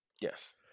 Yes